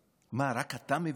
מה, רק אתה מבין?